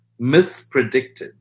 mispredicted